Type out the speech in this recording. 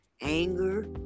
anger